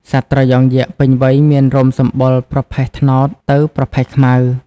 សត្វត្រយងយក្សពេញវ័យមានរោមសម្បុរ ប្រផេះត្នោតទៅប្រផេះខ្មៅ។